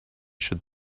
should